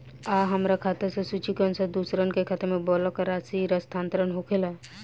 आ हमरा खाता से सूची के अनुसार दूसरन के खाता में बल्क राशि स्थानान्तर होखेला?